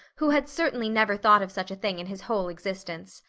who had certainly never thought of such a thing in his whole existence.